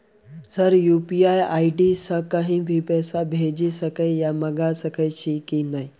Sir UPI ID सँ कहि भी पैसा भेजि सकै या मंगा सकै छी की न ई?